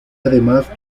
además